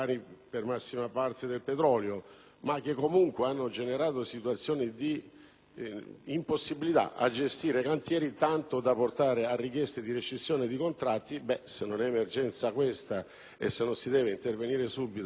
di impossibilità a gestire i cantieri tanto da portare a richieste di rescissioni di contratti. Se non è emergenza questa e se non si deve intervenire subito con la decretazione, mi domando allora quando si debba intervenire con urgenza.